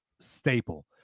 staple